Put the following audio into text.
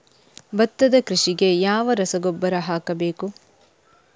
ಭತ್ತದ ಕೃಷಿಗೆ ಯಾವ ರಸಗೊಬ್ಬರ ಹಾಕಬೇಕು?